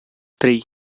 tri